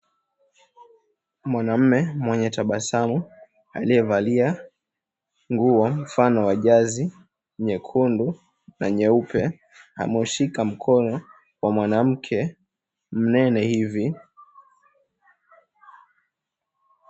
Mwanaume mwenye tabasamu aliyevalia nguo mfano wa jazi nyekundu na nyeupe. Ameushika mkono wa mwanamke mnono hivi.